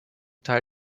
teil